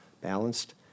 balanced